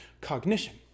cognition